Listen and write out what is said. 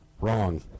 Wrong